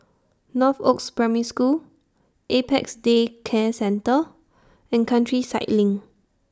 Northoaks Primary School Apex Day Care Centre and Countryside LINK